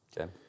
Okay